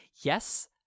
Yes